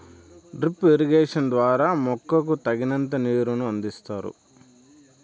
drip irrigation ద్వారా మొక్కకు తగినంత నీరును అందిస్తారు